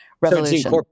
Revolution